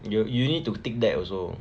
you you need to tick that also